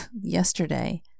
yesterday